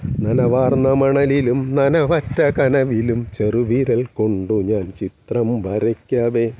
നനവാർന്ന മണലിലും നനവറ്റ കനവിലും ചെറുവിരൽകൊണ്ട് ഞാൻ ചിത്രം വരയ്ക്കവേ